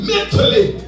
Mentally